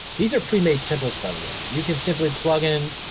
these are pre made templates, by the way. you can simply plug in,